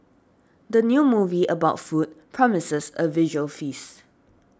the new movie about food promises a visual feast